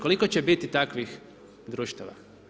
Koliko će biti takvih društava?